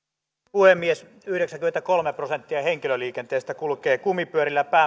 puhemies yhdeksänkymmentäkolme prosenttia henkilöliikenteestä kulkee kumipyörillä